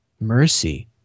mercy